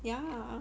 yeah